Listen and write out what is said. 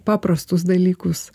paprastus dalykus